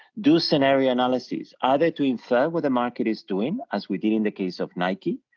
do scenario analysis, are there to infer what the market is doing, as we did in the case of nike?